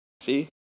See